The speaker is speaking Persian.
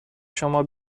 شما